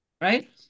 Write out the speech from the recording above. right